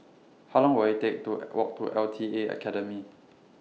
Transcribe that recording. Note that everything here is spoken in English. How Long Will IT Take to Walk to L T A Academy